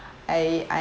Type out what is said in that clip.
I I